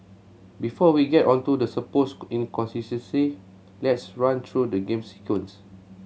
before we get on to the supposed inconsistency let's run through the game's sequence